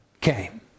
came